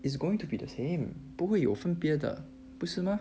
it's going to be the same 不会有分别的不是 mah